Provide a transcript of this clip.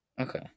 Okay